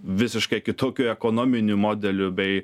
visiškai kitokiu ekonominiu modeliu bei